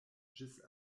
ĝis